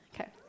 Okay